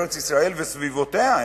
בארץ-ישראל וסביבותיה,